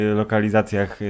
lokalizacjach